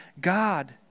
God